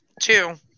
two